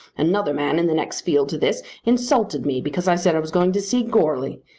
another man in the next field to this insulted me because i said i was going to see goarly.